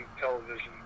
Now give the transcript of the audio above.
television